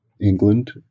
England